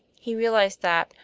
he realized that,